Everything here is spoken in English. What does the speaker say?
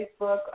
Facebook